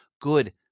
good